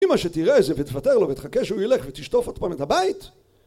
אימא שתראה את זה ותוותר לו, ותחכה שהוא ילך, ותשטוף עוד פעם את הבית